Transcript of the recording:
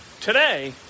Today